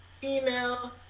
female